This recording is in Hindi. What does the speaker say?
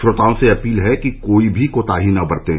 श्रोताओं से अपील है कि कोई भी कोताही न बरतें